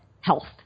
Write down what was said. health